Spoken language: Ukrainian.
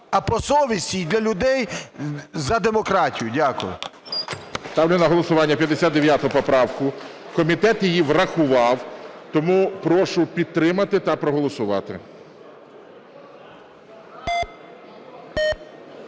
а по совісті і для людей за демократію. Дякую. ГОЛОВУЮЧИЙ. Ставлю на голосування 59 поправку, комітет її врахував. Тому прошу підтримати та проголосувати.